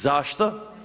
Zašto?